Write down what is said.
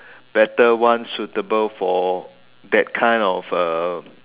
better ones suitable for that kind of uh